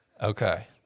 Okay